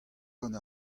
gant